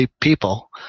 people